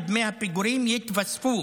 ודמי הפיגורים יתווספו